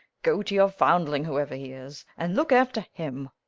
go to your foundling, whoever he is and look after him.